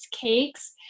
cakes